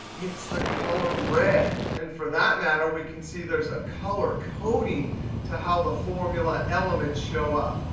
it's the color red. and for that matter, we can see there's a color coding to how the formula elements show up.